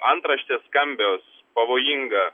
antraštės skambios pavojinga